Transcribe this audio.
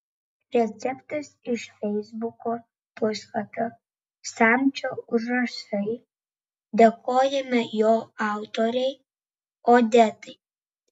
receptas iš feisbuko puslapio samčio užrašai dėkojame jo autorei odetai